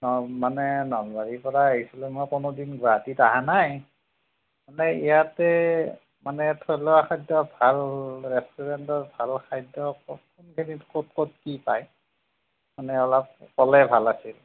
অঁ মানে নলবাৰীৰ পৰা আহিছিলোঁ মই কোনো দিন গুৱাহাটীত অহা নাই মানে ইয়াতে মানে থলুৱা খাদ্য ভাল ৰেষ্টুৰেণ্টৰ ভাল খাদ্য ক'ত কোনখিনিত ক'ত ক'ত কি পায় মানে অলপ ক'লে ভাল আছিল